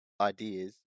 ideas